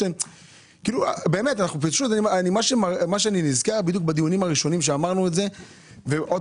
מה שאני נזכר בדיונים הראשונים שאמרנו את זה ושוב